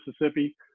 Mississippi